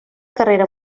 carrera